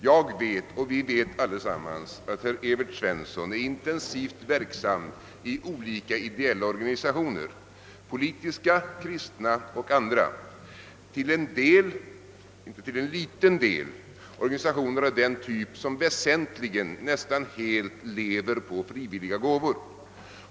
Jag vet, och vi vet allesammans, att Evert Svensson är intensivt verksam i olika ideella organisationer, politiska, kristna och andra, till en liten del organisationer av den typ som nästan helt lever på frivilliga gåvor.